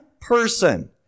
person